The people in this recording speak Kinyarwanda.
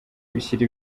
ushyira